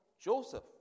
Joseph